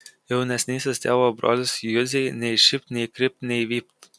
jaunesnysis tėvo brolis juzei nei šypt nei krypt nei vypt